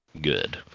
good